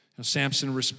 Samson